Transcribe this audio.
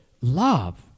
love